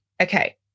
okay